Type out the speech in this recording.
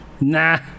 nah